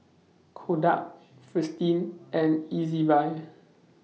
Kodak Fristine and Ezbuy